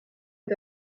est